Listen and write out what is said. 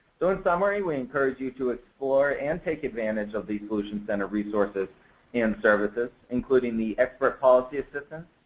so in summary, we encourage you to explore and take advantage of the solutions center resources and services including the expert policy assistance,